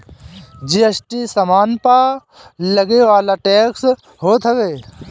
GST सामान पअ लगेवाला टेक्स होत हवे